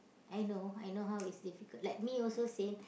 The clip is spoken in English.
I know I know how it's difficult like me also same